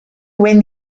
when